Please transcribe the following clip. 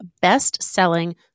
best-selling